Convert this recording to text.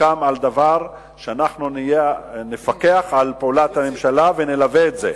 סוכם שאנחנו נפקח על פעולת הממשלה ונלווה את זה.